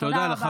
תודה רבה.